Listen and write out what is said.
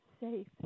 safe